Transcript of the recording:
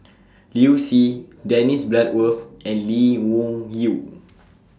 Liu Si Dennis Bloodworth and Lee Wung Yew